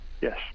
yes